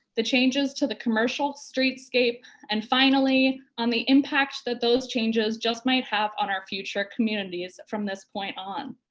the changes to the commercial streetscape, and finally on the impact that those changes just might have on our future communities from this point on.